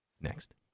next